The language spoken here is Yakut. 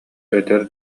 эдэр